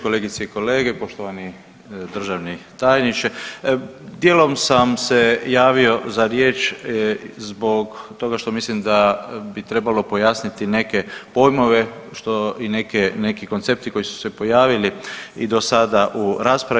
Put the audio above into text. Kolegice i kolege, poštovani državni tajniče, djelom sam se javio za riječ zbog toga što mislim da bi trebalo pojasniti neke pojmove što i neki koncepti koji su se pojavili i dosada u raspravi.